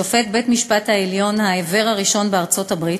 שופט בית-המשפט העליון העיוור הראשון בארצות-הברית.